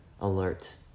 alert